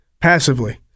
passively